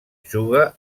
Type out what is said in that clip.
juga